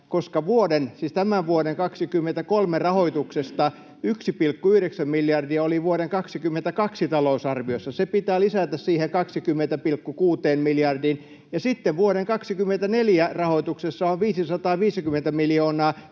siis tämän vuoden 2023, rahoituksesta 1,9 miljardia oli vuoden 2022 talousarviossa. Se pitää lisätä siihen 20,6 miljardiin. Sitten vuoden 2024 rahoituksessa on 550 miljoonaa